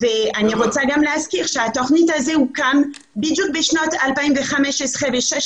ואני רוצה גם להסביר שהתוכנית הזו הוקמה בשנת 2015 ו-2016